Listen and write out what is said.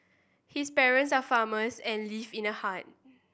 his parents are farmers and live in a hut